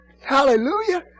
Hallelujah